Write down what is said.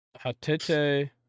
Hatete